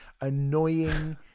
annoying